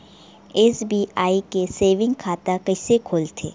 SBI के saving खाता कइसे खोलथे?